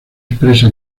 expresa